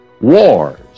wars